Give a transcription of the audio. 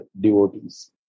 devotees